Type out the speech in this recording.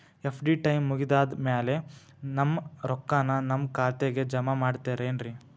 FD time ಮುಗಿದಾದ್ ಮ್ಯಾಲೆ ನಮ್ ರೊಕ್ಕಾನ ನಮ್ ಖಾತೆಗೆ ಜಮಾ ಮಾಡ್ತೇರೆನ್ರಿ?